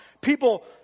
People